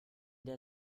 der